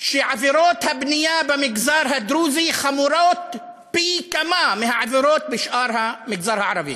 שעבירות הבנייה במגזר הדרוזי חמורות פי כמה מהעבירות בשאר המגזר הערבי.